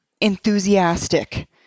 enthusiastic